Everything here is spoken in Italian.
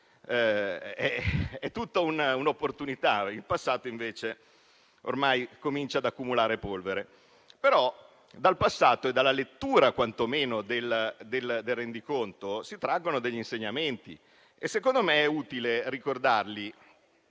è tutta un'opportunità, mentre il passato invece comincia ad accumulare polvere. Ma dal passato e dalla lettura quantomeno del rendiconto si traggono degli insegnamenti che - secondo me - è utile ricordare